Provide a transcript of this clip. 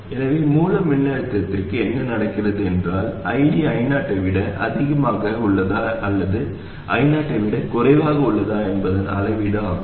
எனவே மூல மின்னழுத்தத்திற்கு என்ன நடக்கிறது என்றால் ID I0 ஐ விட அதிகமாக உள்ளதா அல்லது I0 ஐ விட குறைவாக உள்ளதா என்பதன் அளவீடு ஆகும்